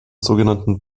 sogenannten